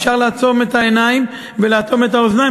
אפשר לעצום את העיניים ולאטום את האוזניים,